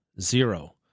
zero